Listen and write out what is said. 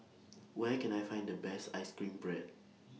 Where Can I Find The Best Ice Cream Bread